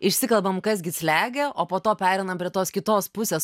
išsikalbam kas gi slegia o po to pereinam prie tos kitos pusės